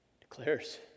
declares